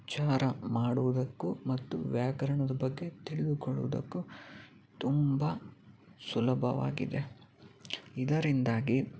ಉಚ್ಚಾರ ಮಾಡುವುದಕ್ಕೂ ಮತ್ತು ವ್ಯಾಕರಣದ ಬಗ್ಗೆ ತಿಳಿದುಕೊಳ್ಳುವುದಕ್ಕೂ ತುಂಬ ಸುಲಭವಾಗಿದೆ ಇದರಿಂದಾಗಿ